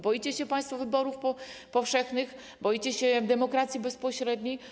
Boicie się państwo wyborów powszechnych, boicie się demokracji bezpośredniej.